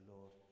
Lord